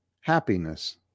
happiness